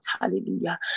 Hallelujah